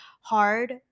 hard